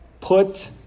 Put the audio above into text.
Put